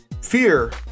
Fear